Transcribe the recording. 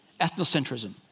ethnocentrism